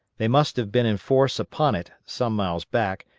they must have been in force upon it some miles back,